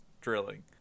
drilling